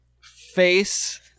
face